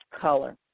color